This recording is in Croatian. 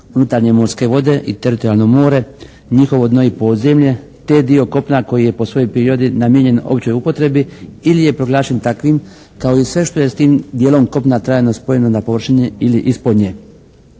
unutarnje morske vode i teritorijalno more, njihovo dno i podzemlje te dio kopna koji je po svojoj prirodi namijenjen općoj upotrebi ili je proglašen takvim kao i sve što je s tim dijelom kopna trajno spojeno na površini ili ispod nje.